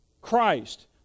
Christ